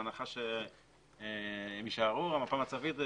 בהנחה שהם יישארו מפה מצבית,